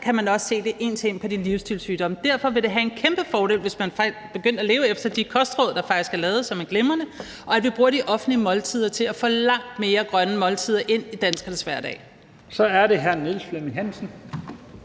kan man også se det en til en på de livsstilssygdomme, der er. Derfor vil det være en kæmpe fordel, hvis man faktisk begyndte at leve efter de kostråd, der faktisk er lavet, og som er glimrende, og at vi brugte de offentlige måltider til at få langt flere grønne måltider ind i danskernes hverdag. Kl. 20:50 Første næstformand (Leif